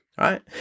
right